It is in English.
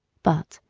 but,